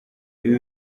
ibi